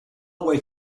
way